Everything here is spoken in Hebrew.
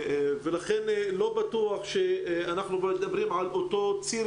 לכן לא בטוח שאנחנו מדברים על אותו ציר